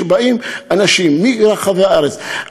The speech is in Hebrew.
שבאים אנשים מרחבי הארץ,